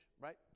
right